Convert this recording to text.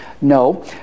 No